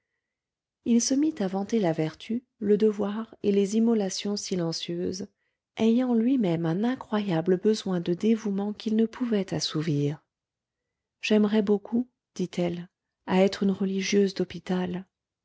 il se mit à vanter la vertu le devoir et les immolations silencieuses ayant lui-même un incroyable besoin de dévouement qu'il ne pouvait assouvir j'aimerais beaucoup dit-elle à être une religieuse d'hôpital